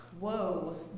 Whoa